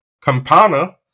Campana